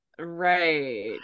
Right